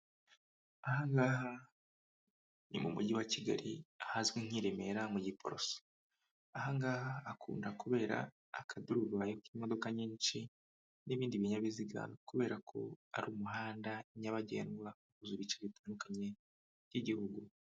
Aha ngaha ni mu Mujyi wa Kigali ahazwi nk'i Remera mu Giproso, aha ngaha hakunda kubera akaduruvayo k'imodoka nyinshi n'ibindi binyabiziga, kubera ko ari umuhanda nyabagendwa, mu bice bitandukanye by'igihugu.